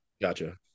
Gotcha